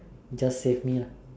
just save me lah